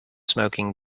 smoking